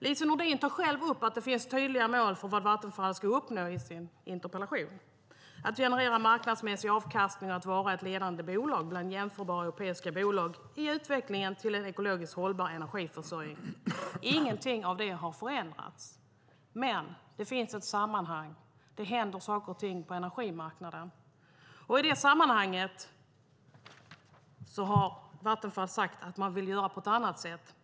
Lise Nordin tar själv upp att det finns tydliga mål för vad Vattenfall ska uppnå i sin interpellation: att generera marknadsmässig avkastning och att vara ett ledande bolag bland jämförbara europeiska bolag i utvecklingen till en ekologiskt hållbar energiförsörjning. Ingenting av det har förändrats. Men det finns ett sammanhang. Det händer saker och ting på energimarknaden. I detta sammanhang har Vattenfall sagt att man vill göra på ett annat sätt.